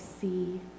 see